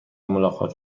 ملاقات